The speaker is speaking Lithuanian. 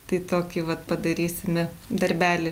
tai tokį vat padarysime darbelį